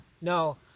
no